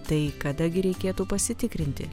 tai kada gi reikėtų pasitikrinti